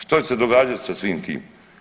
Što će se događat sa svim tim?